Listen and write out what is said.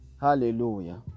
Hallelujah